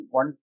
one